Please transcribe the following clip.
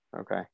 Okay